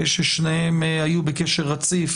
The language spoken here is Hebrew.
ששניהם היו בקשר רציף